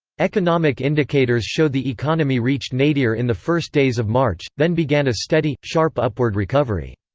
economic indicators show the economy reached nadir in the first days of march, then began a steady, sharp upward recovery.